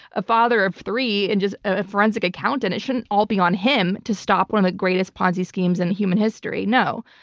a father of three and just a forensic accountant. it shouldn't all be on him to stop one of the greatest ponzi schemes in human history. no.